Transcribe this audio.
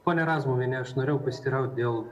ponia razmuviene aš norėjau pasiteiraut dėl